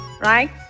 right